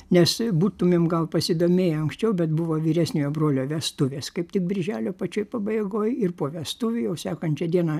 nes būtumėm gal pasidomėję anksčiau bet buvo vyresniojo brolio vestuvės kaip tik birželio pačioj pabaigoj ir po vestuvių jau sekančią dieną